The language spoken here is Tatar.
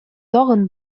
тагын